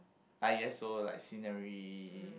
I guess so like scenery